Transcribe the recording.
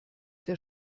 der